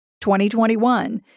2021